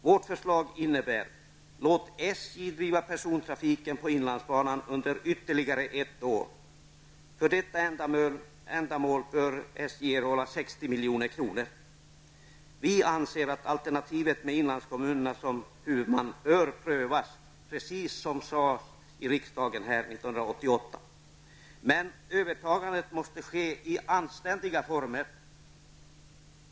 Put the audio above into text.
Vårt förslag innebär: Låt SJ driva persontrafiken på inlandsbanan under ytterligare ett år. För detta ändamål bör SJ erhålla 60 milj.kr. Vi anser att alternativet med inlandskommunerna som huvudman bör prövas, precis som man sade i riksdagen 1988. Men övertagandet måste ske i anständiga former.